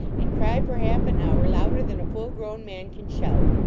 and cry for half an hour louder than a full-grown man can shout.